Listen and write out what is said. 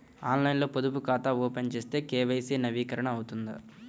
ఆన్లైన్లో పొదుపు ఖాతా ఓపెన్ చేస్తే కే.వై.సి నవీకరణ అవుతుందా?